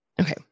Okay